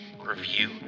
review